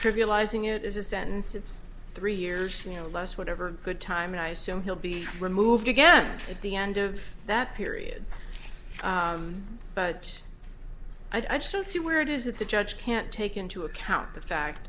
trivializing it is a sentence it's three years you know less whatever good timing i assume he'll be removed again at the end of that period but i just don't see where it is that the judge can't take into account the fact